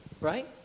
right